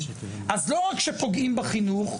אז לא רק שפוגעים בחינוך,